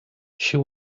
she